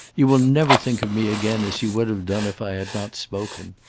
you will never think of me again as you would have done if i had not spoken.